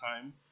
time